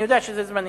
אני יודע שזה זמני.